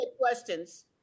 questions